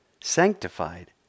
sanctified